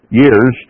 years